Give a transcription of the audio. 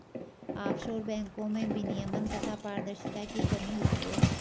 offshore बैंको में विनियमन तथा पारदर्शिता की कमी होती है